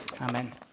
Amen